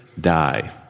die